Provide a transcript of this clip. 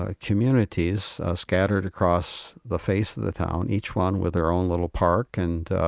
ah communities scattered across the face of the town, each one with their own little park, and